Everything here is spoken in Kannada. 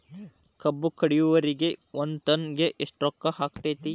ಕಬ್ಬು ಕಡಿಯುವರಿಗೆ ಒಂದ್ ಟನ್ ಗೆ ಎಷ್ಟ್ ರೊಕ್ಕ ಆಕ್ಕೆತಿ?